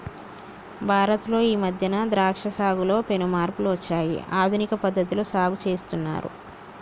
భారత్ లో ఈ మధ్యన ద్రాక్ష సాగులో పెను మార్పులు వచ్చాయి ఆధునిక పద్ధతిలో సాగు చేస్తున్నారు